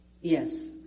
Yes